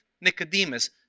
Nicodemus